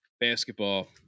basketball